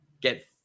get